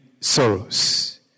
sorrows